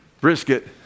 brisket